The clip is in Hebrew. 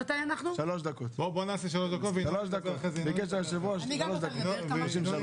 אנחנו נתחיל לדון בהסתייגויות של הצעת חוק תכנון משק החלב.